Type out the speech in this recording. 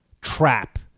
trap